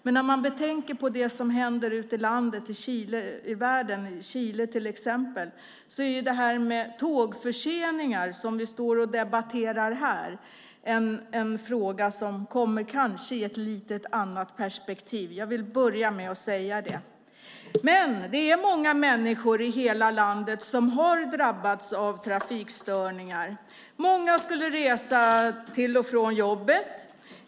Men när man tänker på det som händer ute i världen, till exempel i Chile, ställs de tågförseningar som vi nu debatterar i ett lite annat perspektiv. Jag vill börja med att säga det. Dock är det många människor i landet som har drabbats av trafikstörningar. Många skulle resa till och från jobbet.